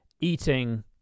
eating